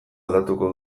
aldatuko